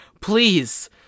Please